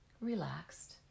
relaxed